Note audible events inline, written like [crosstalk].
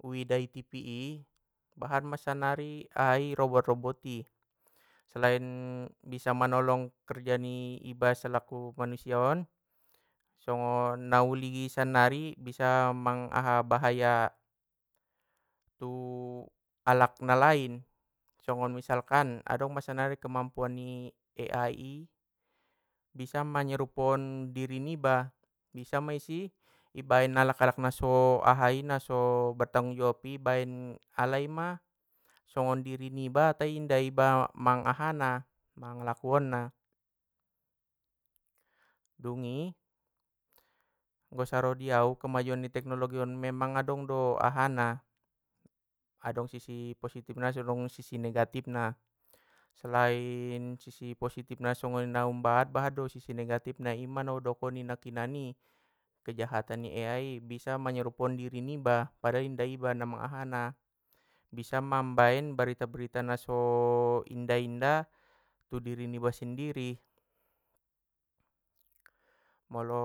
uida i tv i, bahatma sannari ahai robot robot i, selain bisa manolong kerja ni iba selaku manusiaon, songon nauligin sannari bisa mang aha bahaya, tu [hesitation] alak na lain, songon misalkan adong ma sannari kemampuan ni ai i, bisa manyerupoon diri niba bisa mei isi ibaen alak alak naso ahai naso bertanggung jawab i baen alaima songon diri niba tai inda iba mang ahana, mang laku onna! Dungi anggo saro diau kemajuan teknologi on memang adong do ahana. Adong sisi positifna so adong sisi negatifna, selain sisi positifna songoni naum bahat do sisi negatifna ima naudokoni nakkinani, kejahatan ni ai bisa manyurupoon diri niba, padahal inda na iba na mang aha na! Bisa mambaen berita berita naso inda inda tu diri niba sendiri! Molo.